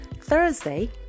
Thursday